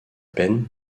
peine